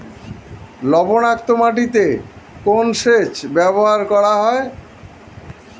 লবণাক্ত মাটিতে কোন সেচ ব্যবহার করা হয়?